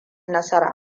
nasara